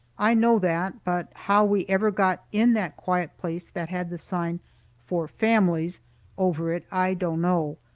i know that, but how we ever got in that quiet place that had the sign for families over it, i don't know.